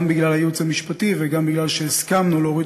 גם בגלל הייעוץ המשפטי וגם מכיוון שהסכמנו להוריד